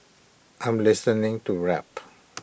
I'm listening to rap